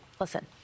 Listen